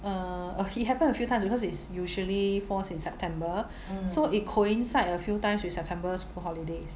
err he happened a few times because it's usually falls in september so it coincide a few times with september school holidays